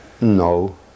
No